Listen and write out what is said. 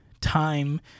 time